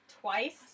twice